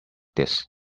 this